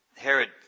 Herod